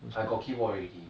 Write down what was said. I got keyboard already